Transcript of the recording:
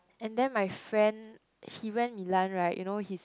and then my friend he went Milan right you know his